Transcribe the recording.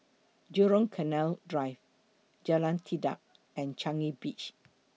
Jurong Canal Drive Jalan Tekad and Changi Beach